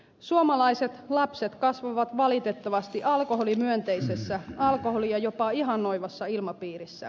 suomalaiset lapset kasvavat valitettavasti alkoholimyönteisessä alkoholia jopa ihannoivassa ilmapiirissä